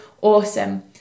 awesome